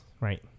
right